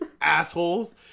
Assholes